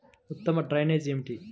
ఉత్తమ డ్రైనేజ్ ఏమిటి?